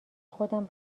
خودم